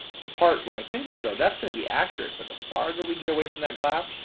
the part where my fingers are, that's going to be accurate, but the farther we get away from that glass,